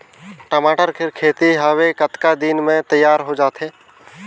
टमाटर कर खेती हवे कतका दिन म तियार हो जाथे?